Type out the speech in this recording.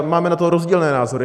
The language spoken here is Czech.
Máme na to rozdílné názory.